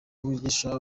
wigisha